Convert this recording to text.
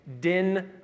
Den